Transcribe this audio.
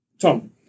Tom